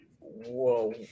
whoa